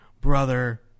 brother